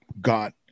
got